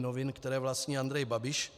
Novin, které vlastní Andrej Babiš.